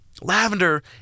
Lavender